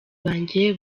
banjye